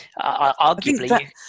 Arguably